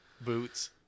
boots